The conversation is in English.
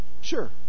Sure